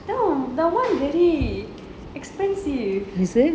the [one] very expensive